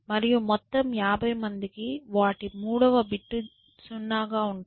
మరియు మొత్తం 50 మందికి వాటి 3 వ బిట్ 0 గా ఉంటుంది